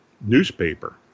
newspaper